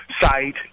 site